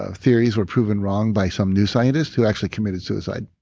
ah theories were proven wrong by some new scientist who actually committed suicide,